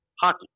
hockey